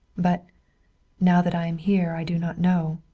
but now that i am here i do not know.